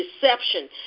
deception